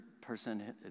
person